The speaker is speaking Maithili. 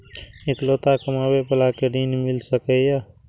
इकलोता कमाबे बाला के ऋण मिल सके ये?